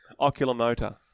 Oculomotor